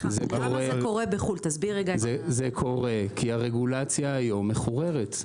זה קורה כי הרגולציה היום מחוררת.